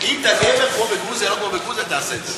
אם אתה גבר, תעשה את זה.